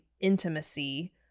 Intimacy